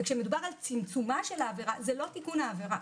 כשמדובר על צמצומה של העבירה זה לא תיקון העבירה,